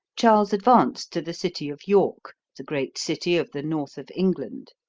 charles advanced to the city of york, the great city of the north of england.